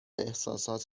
احساسات